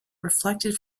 reflected